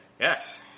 Yes